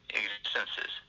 existences